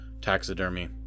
taxidermy